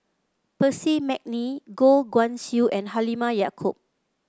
Percy McNeice Goh Guan Siew and Halimah Yacob